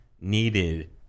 needed